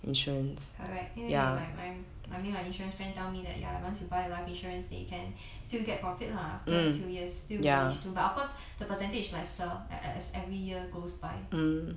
correct 因为 like my I mean my insurance friend tell me that ya once you buy life insurance they can still get profit lah after few years still managed but of course the percentage lesser as every year goes by